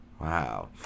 wow